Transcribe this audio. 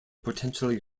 potentially